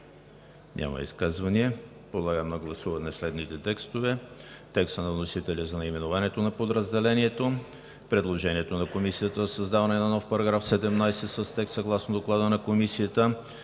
Няма изказвания. Подлагам на гласуване следните текстове: текста на вносителя за наименованието на подразделението, предложението на Комисията за създаване на нов § 17 с текст съгласно Доклада на Комисията